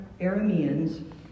Arameans